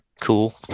cool